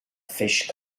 phish